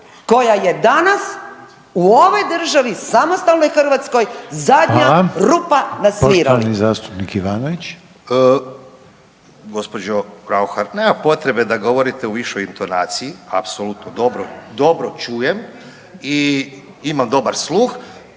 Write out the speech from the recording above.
koja je danas u ovoj državi, samostalnoj Hrvatskoj zadnja rupa na svirali. **Reiner, Željko (HDZ)** Hvala. Poštovani zastupnik Ivanović. **Ivanović, Goran (HDZ)** Gospođo Rauhar nema potrebe da govorite u višoj intonaciji, apsolutno dobro čujem i imam dobar sluh.